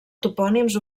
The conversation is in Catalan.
topònims